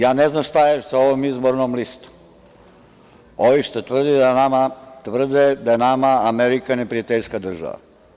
Ja ne znam šta je sa ovom izbornom listom, ovih što tvrde da je nama Amerika neprijateljska država.